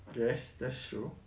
yes that's true